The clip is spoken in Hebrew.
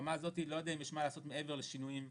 ברמה הזו אני לא יודע אם יש מה לעשות מעבר לשינויים בחוק.